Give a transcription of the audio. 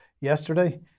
yesterday